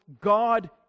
God